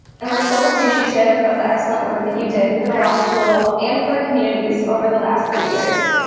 and we're so appreciative of the excellent work that you did for the law school and for our communities over the last three years.